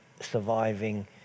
surviving